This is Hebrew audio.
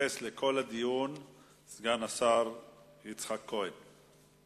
יתייחס לכל הדיון סגן השר יצחק כהן.